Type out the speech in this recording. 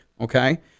Okay